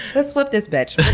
let's flip this bitch.